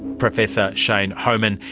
professor shane homan,